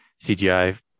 CGI